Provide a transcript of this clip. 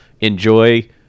enjoy